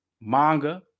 manga